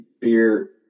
beer